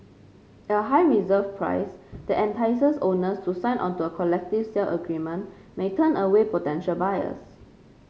a high reserve price that entices owners to sign onto a collective sale agreement may turn away potential buyers